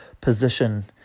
position